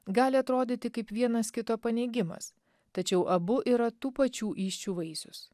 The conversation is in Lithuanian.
gali atrodyti kaip vienas kito paneigimas tačiau abu yra tų pačių įsčių vaisius